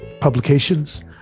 publications